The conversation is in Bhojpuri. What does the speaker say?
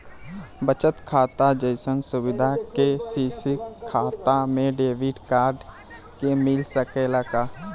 बचत खाता जइसन सुविधा के.सी.सी खाता में डेबिट कार्ड के मिल सकेला का?